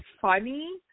funny